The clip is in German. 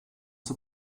the